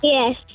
Yes